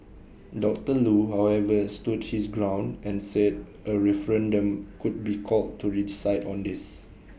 doctor Loo however stood his ground and said A referendum could be called to decide on this